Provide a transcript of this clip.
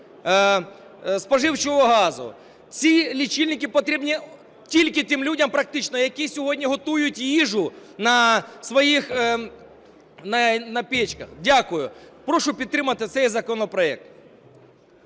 споживчого газу. Ці лічильники потрібні тільки тим людям практично, які сьогодні готують їжу на своїх печах. Дякую. Прошу підтримати цей законопроект.